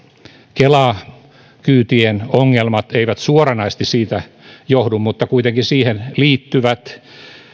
kela kyytien ongelmat eivät suoranaisesti siitä johdu mutta kuitenkin siihen liittyvät